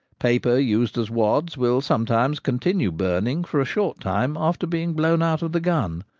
paper used as wads will sometimes continue burning for a short time after being blown out of the gun,